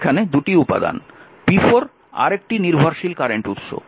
p4 আরেকটি নির্ভরশীল current উৎস